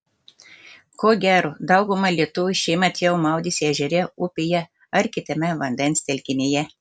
ko gero dauguma lietuvių šiemet jau maudėsi ežere upėje ar kitame vandens telkinyje